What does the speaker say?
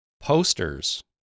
posters